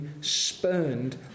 spurned